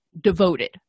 devoted